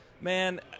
man